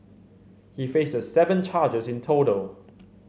he faces seven charges in total